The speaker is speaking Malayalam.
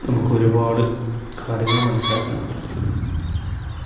നമുക്ക് ഒരുപാട് കാര്യങ്ങൾ മനസ്സിലാക്കാനുണ്ട്